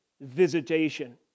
visitation